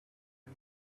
and